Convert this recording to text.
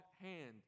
hand